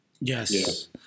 Yes